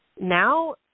now